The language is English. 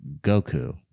Goku